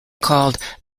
called